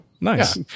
Nice